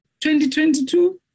2022